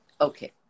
Okay